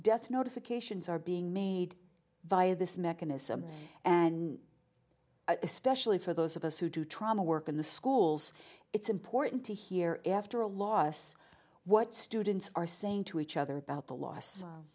death notifications are being made via this mechanism and especially for those of us who do trauma work in the schools it's important to hear after a loss what students are saying to each other about the loss